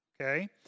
Okay